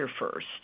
first